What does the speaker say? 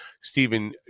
Stephen